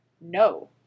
No